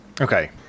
Okay